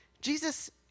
Jesus